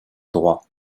droit